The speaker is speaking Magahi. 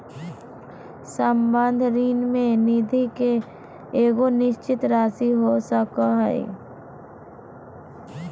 संबंध ऋण में निधि के एगो निश्चित राशि हो सको हइ